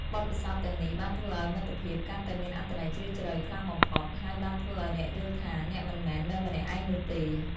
បទពិសោធន៍ទាំងនេះបានធ្វើឱ្យមិត្តភាពកាន់តែមានអត្ថន័យជ្រាលជ្រៅខ្លាំងបំផុត ហើយបានធ្វើឱ្យអ្នកយល់ថា អ្នកមិនមែននៅម្នាក់ឯងនោះទេ។